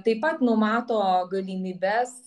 taip pat numato galimybes